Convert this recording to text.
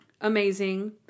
amazing